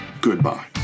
goodbye